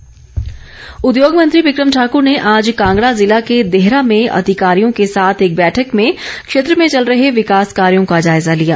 बिक्रम ठाकुर उद्योग मंत्री बिक्रम ठाकूर ने आज कांगड़ा ज़िला के देहरा में अधिकारियों के साथ एक बैठक में क्षेत्र में चल रहे विकास कार्यों का जायजा लिया